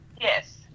Yes